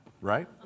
right